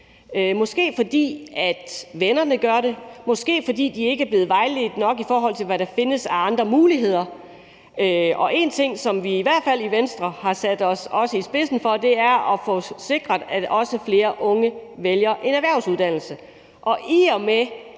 måske fordi vennerne gør det, måske fordi de ikke er blevet vejledt nok om, hvad der findes af andre muligheder. En ting, som vi i hvert fald i Venstre har sat os i spidsen for, er at få sikret, at flere unge vælger en erhvervsuddannelse.